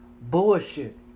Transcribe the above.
bullshit